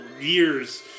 years